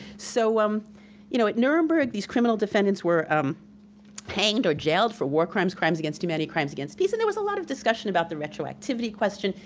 so um you know at nuremberg these criminal defendants were um hanged or jailed for war crimes, crimes against humanity, crimes against peace, and there was a lot of discussion about the retroactivity question,